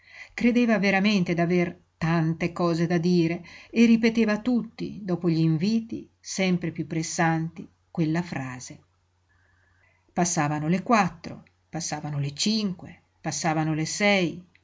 credeva veramente d'aver tante cose da dire e ripeteva a tutti dopo gl'inviti sempre piú pressanti quella frase passavano le quattro passavano le cinque passavano le sei